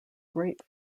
great